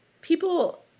People